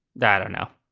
that now.